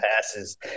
passes